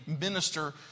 minister